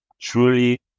truly